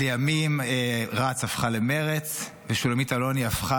לימים רצ הפכה למרצ ושולמית אלוני הפכה